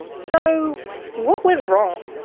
so what went wrong?